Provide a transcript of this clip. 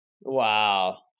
Wow